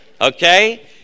Okay